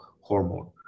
hormone